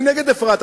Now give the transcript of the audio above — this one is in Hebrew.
אני נגד אפרת,